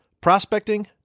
prospecting